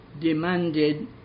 demanded